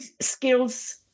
skills